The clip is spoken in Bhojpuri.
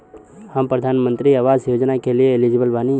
हम प्रधानमंत्री आवास योजना के लिए एलिजिबल बनी?